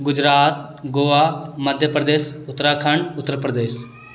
Gujarat Goa Madhya Pradesh Uttarakhand Uttar Pradesh